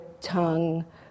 tongue